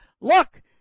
look